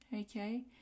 okay